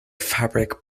fabric